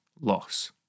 loss